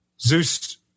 Zeus